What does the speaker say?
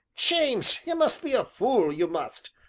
james you must be a fool, you must!